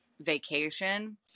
vacation